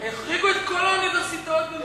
החריגו את כל האוניברסיטאות במדינת ישראל.